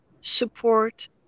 support